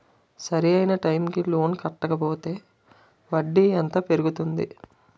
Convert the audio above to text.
సరి అయినా టైం కి లోన్ కట్టకపోతే వడ్డీ ఎంత పెరుగుతుంది?